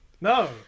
no